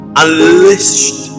unleashed